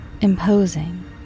imposing